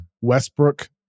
Westbrook